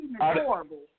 horrible